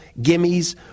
gimmies